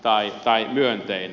mitä tulee